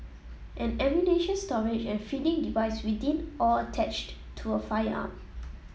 an ammunition storage and feeding device within or attached to a firearm